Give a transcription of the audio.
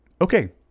Okay